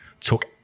took